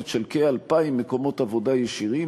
כזאת של התרעת שווא בחומרה ולהיאבק בה בנחישות.